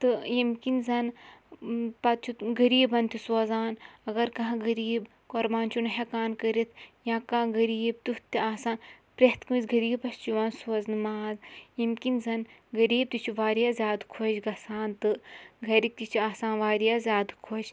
تہٕ ییٚمہِ کِنۍ زَن پَتہٕ چھُ غریٖبَن تہِ سوزان اگر کانٛہہ غریٖب قۄربان چھُنہٕ ہیٚکان کٔرِتھ یا کانٛہہ غریٖب تیُتھ تہِ آسان پرٛیٚتھ کٲنٛسہِ غریٖبَس چھُ یِوان سوزنہٕ ماز ییٚمہِ کِنۍ زَن غریٖب تہِ چھُ واریاہ زیادٕ خۄش گَژھان تہٕ گَھرِکۍ تہِ چھِ آسان واریاہ زیادٕ خۄش